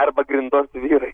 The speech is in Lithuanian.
arba grindos vyrai